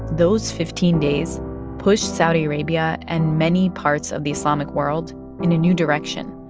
those fifteen days pushed saudi arabia and many parts of the islamic world in a new direction.